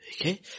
Okay